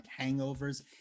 hangovers